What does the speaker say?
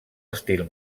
estil